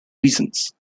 reasons